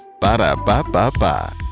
Ba-da-ba-ba-ba